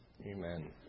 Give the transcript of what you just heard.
Amen